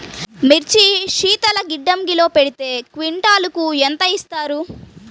మిర్చి శీతల గిడ్డంగిలో పెడితే క్వింటాలుకు ఎంత ఇస్తారు?